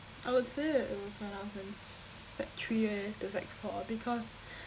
I would say that it was when I was sec three where to sec four because